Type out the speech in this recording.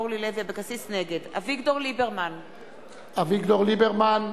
אביגדור ליברמן,